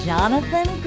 Jonathan